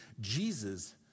Jesus